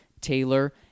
Taylor